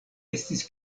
estis